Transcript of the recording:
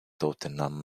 tottenham